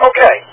Okay